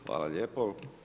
Hvala lijepo.